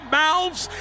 mouths